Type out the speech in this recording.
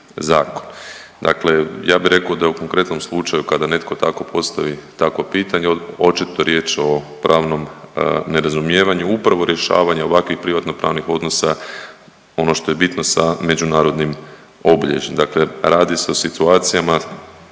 Dakle ja bi rekao da je u konkretnom slučaju kada netko tako postavi takvo pitanje očito riječ o pravnom nerazumijevanju upravo rješavanje ovakvih privatnopravnih odnosa ono što je bitno sa međunarodnim obilježjem,